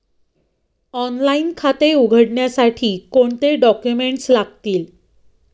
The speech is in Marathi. ऑनलाइन खाते उघडण्यासाठी कोणते डॉक्युमेंट्स लागतील?